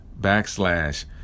backslash